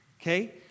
Okay